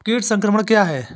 कीट संक्रमण क्या है?